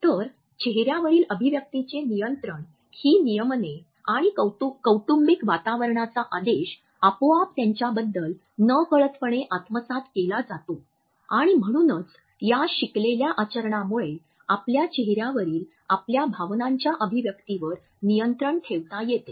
तर चेहऱ्यावरील अभिव्यक्तीचे नियंत्रण ही नियमने आणि कौटुंबिक वातावरणाचा आदेश आपोआप त्यांच्याबद्दल नकळतपणे आत्मसात केला जातो आणि म्हणूनच या शिकलेल्या आचरणामुळे आपल्या चेहर्यावरील आपल्या भावनांच्या अभिव्यक्तीवर नियंत्रण ठेवता येते